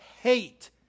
hate